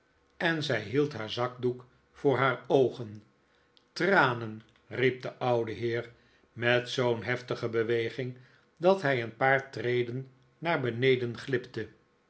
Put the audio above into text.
en zij hield haar zakdoek voor haar oogen tranen riep de oude heer met zoo'n heftige beweging dat hij een paar treden naar beneden glipte